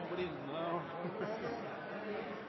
på denne